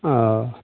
ओ